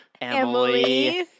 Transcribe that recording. Emily